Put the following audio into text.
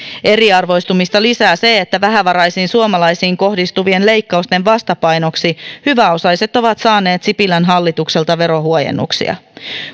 eriarvoistumista lisää se että vähävaraisiin suomalaisiin kohdistuvien leikkausten vastapainoksi hyväosaiset ovat saaneet sipilän hallitukselta verohuojennuksia